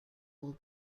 will